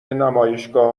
نمایشگاه